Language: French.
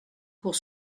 pour